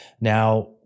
Now